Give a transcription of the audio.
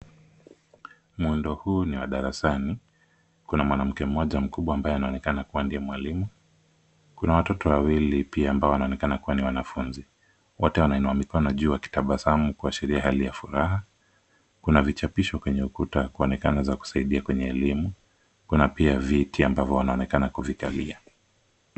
Mwendo huu ni wa darasani. Kuna mwanamke mmoja mkubwa ambaye anaonekana kuwa ndiye mwalimu. Kuna watoto wawili pia ambao wanaonekana kuwa ni wanafunzi. Wote wanainua mikono juu wakitabasamu kuashiria hali ya furaha. Kuna vichapisho kwenye ukuta kuonekana za kusaidia kwenye elimu. Kuna pia viti ambavyo wanaonekana kuvikalia.